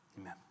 Amen